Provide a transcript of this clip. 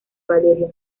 valeria